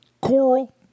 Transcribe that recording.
Coral